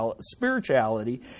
spirituality